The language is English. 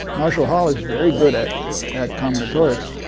marshall hall is very good at at combinatorics.